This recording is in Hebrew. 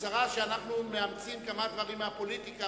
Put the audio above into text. הצרה היא שאנחנו מאמצים כמה דברים מהפוליטיקה,